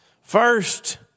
First